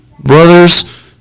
Brothers